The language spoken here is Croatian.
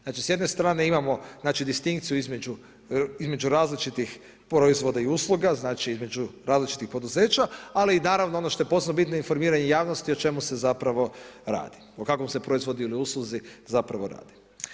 Znači s jedne strane imamo znači distinkciju između različitih proizvoda i usluga, znači između različitih poduzeća, ali naravno i ono što je posebno bitno informiranje javnosti o čemu se zapravo radi, o kakvom se proizvodu ili usluzi zapravo radi.